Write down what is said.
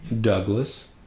Douglas